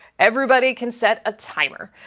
everybody can set a timer.